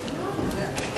מס'